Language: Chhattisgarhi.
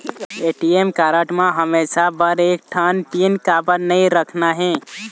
ए.टी.एम कारड म हमेशा बर एक ठन पिन काबर नई रखना हे?